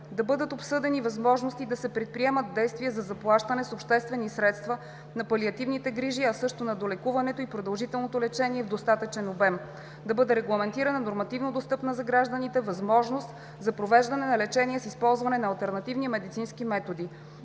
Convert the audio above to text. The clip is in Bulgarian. Да бъдат обсъдени възможности и да се предприемат действия за заплащане с обществени средства на палиативните грижи, а също на долекуването и продължителното лечение в достатъчен обем; - Да бъде регламентирана нормативно достъпна за гражданите възможност за провеждане на лечение с използване на алтернативни медицински методи;